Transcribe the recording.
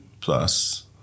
plus